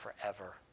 forever